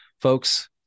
folks